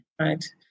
Right